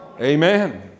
Amen